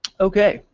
ok,